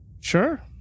Sure